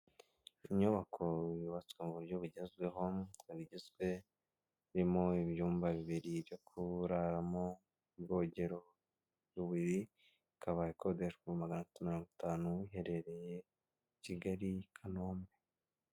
Inyubako yubatswe mu buryo bugezweho, irimo ibyumba bibiri byo kuraramo, ubwogero bubiri, ikaba ikodeshwa maganatatu mirongo itanu iherereye kigali kanombe.